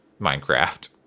minecraft